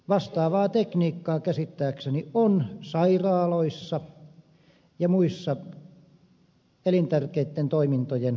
vastaavaa tekniikkaa käsittääkseni on sairaaloissa ja muissa elintärkeitten toimintojen kohteissa